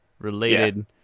related